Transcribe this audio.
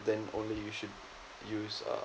then only you should use uh